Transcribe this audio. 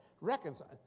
Reconcile